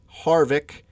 Harvick